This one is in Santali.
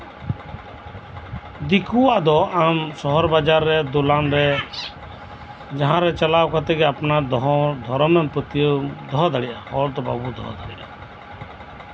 ᱫᱤᱠᱩᱣᱟᱜ ᱫᱚ ᱟᱢ ᱥᱚᱦᱚᱨᱼᱵᱟᱡᱟᱨ ᱨᱮ ᱫᱚᱞᱟᱱ ᱨᱮ ᱡᱟᱦᱟᱸ ᱨᱮᱜᱮ ᱪᱟᱞᱟᱣ ᱠᱟᱛᱮ ᱟᱯᱱᱟᱨ ᱫᱷᱟᱨᱚᱢ ᱯᱟᱹᱛᱭᱟᱹᱣᱮᱢ ᱫᱚᱦᱚ ᱫᱟᱲᱮᱭᱟᱜᱼᱟ ᱦᱚᱲ ᱫᱚ ᱵᱟᱵᱚᱱ ᱫᱚᱦᱚ ᱫᱟᱲᱮᱭᱟᱜᱼᱟ